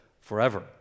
forever